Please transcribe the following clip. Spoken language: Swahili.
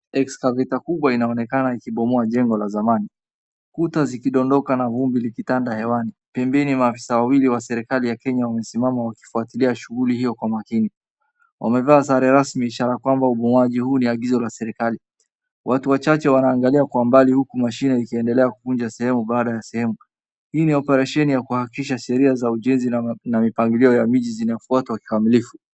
Excavator kubwa inaonekana ikibomoa jengo la zamani, kuta zikidondoka na vumbi likitanda hewani. Pembeni maafisa wawili wa serekali ya Kenya wamesimama wakifuatilia shughuli hio kwa makini. Wamevaa sare rasmi, ishara kwamba ubomoaji huu ni agizo la serikali. Watu wachache wanaangalia kwa mbali huku mashine ikiendelea kuvunja sehemu baada ya sehemu. Hii ni oparesheni ya kuhakikisha sheria za ujenzi na mipangilio ya miji zinafuatwa kikamilifu.